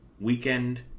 Weekend